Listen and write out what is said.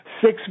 six